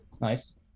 Nice